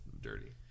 dirty